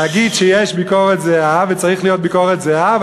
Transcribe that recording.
להגיד שיש ביקורת זהה וצריכה להיות ביקורת זהה,